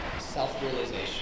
self-realization